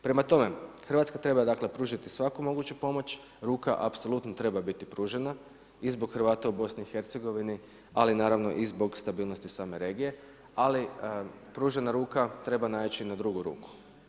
Prema tome, Hrvatska treba pružiti svaku moguću pomoć, ruka apsolutno treba biti pružena i zbog Hrvata u BiH-u ali naravno i zbog stabilnosti same regije, ali pružena ruka treba naići na drugu ruku.